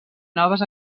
noves